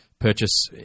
purchase